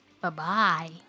Bye-bye